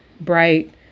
bright